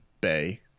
bay